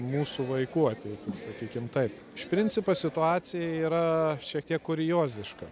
mūsų vaikų ateitis sakykim taip iš principo situacija yra šiek tiek kurioziška